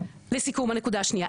לסיכום הנקודה השנייה,